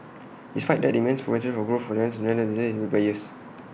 despite that the immense potential for growth players